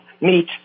meet